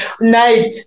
night